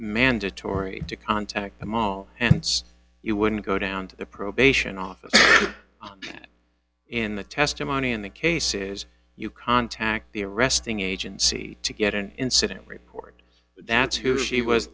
mandatory to contact them all and you wouldn't go down to the probation officer in the testimony in the cases you contact the arresting agency to get an incident report that's who she was